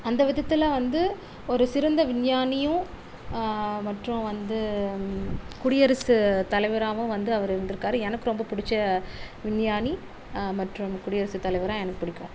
அந்த விதத்தில் வந்து ஒரு சிறந்த விஞ்ஞானியும் மற்றும் வந்து குடியரசு தலைவராகவும் வந்து அவரு இருந்துருக்காரு எனக்கு ரொம்ப பிடிச்ச விஞ்ஞானி மற்றும் குடியரசு தலைவராக எனக்கு பிடிக்கும்